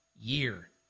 year